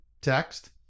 text